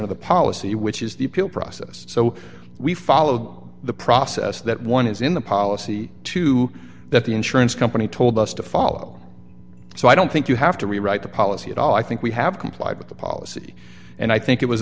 or the policy which is the appeal process so we followed the process that one is in the policy to that the insurance company told us to follow so i don't think you have to rewrite the policy at all i think we have complied with the policy and i think it was